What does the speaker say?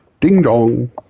Ding-dong